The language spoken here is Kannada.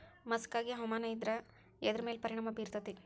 ಮಸಕಾಗಿ ಹವಾಮಾನ ಇದ್ರ ಎದ್ರ ಮೇಲೆ ಪರಿಣಾಮ ಬಿರತೇತಿ?